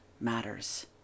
matters